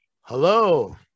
Hello